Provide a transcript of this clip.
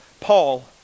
Paul